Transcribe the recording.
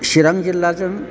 चिरां जिल्लाजों